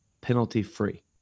penalty-free